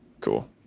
Cool